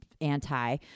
anti